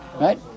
Right